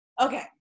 okay